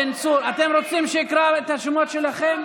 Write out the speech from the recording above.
בן צור, אתם רוצים שאקרא את השמות שלכם?